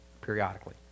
periodically